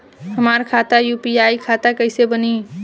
हमार खाता यू.पी.आई खाता कईसे बनी?